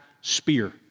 spear